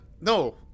No